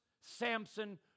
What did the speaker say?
Samson